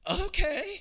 okay